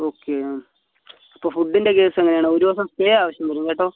okay ആ അപ്പോൾ ഫുഡ്ഡിൻ്റെ കേസ് എങ്ങനെയാണ് ഒരു ദിവസം സ്റ്റേ ആവശ്യം വരും കേട്ടോ